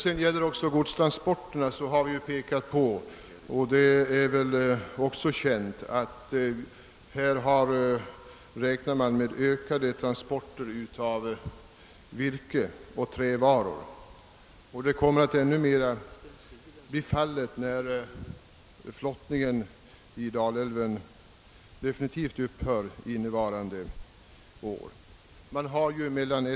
Vad beträffar godstransporterna har vi pekat på — vilket väl också är känt — att man räknar med ökade transporter av virke och trävaror. Detta kommer att bli fallet i ännu större utsträckning när flottningen i Dalälven definitivt upphör innevarande år.